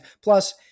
Plus